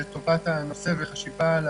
לטובת הנושא וחשיבה על